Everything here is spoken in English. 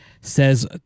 Says